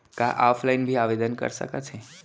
का ऑफलाइन भी आवदेन कर सकत हे?